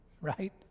right